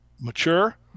mature